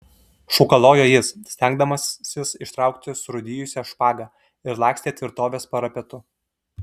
šūkalojo jis stengdamasis ištraukti surūdijusią špagą ir lakstė tvirtovės parapetu